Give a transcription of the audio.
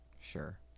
Sure